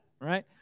right